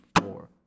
four